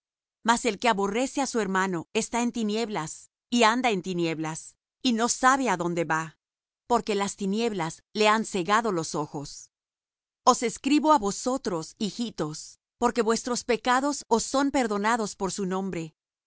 mas el que aborrece á su hermano está en tinieblas y anda en tinieblas y no sabe á donde va porque las tinieblas le han cegado los ojos os escribo á vosotros hijitos porque vuestros pecados os son perdonados por su nombre